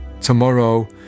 Tomorrow